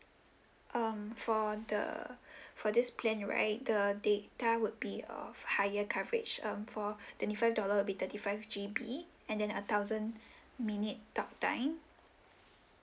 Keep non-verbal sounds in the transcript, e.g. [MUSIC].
um for the [BREATH] for this plan right the data would be of higher coverage um for twenty five dollar would be thirty five G_B and then a thousand minute talk time